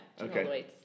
Okay